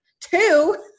two